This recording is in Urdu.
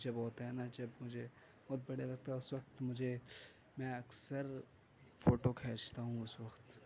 جب وہ ہوتا ہے نہ جب مجھے بہت بڑھیا لگتا ہے اُس وقت مجھے میں اکثر فوٹو کھینچتا ہوں اُس وقت